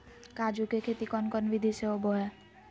काजू के खेती कौन कौन विधि से होबो हय?